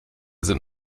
sind